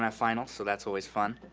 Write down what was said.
have finals, so that's always fun.